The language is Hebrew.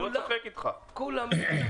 את כולם.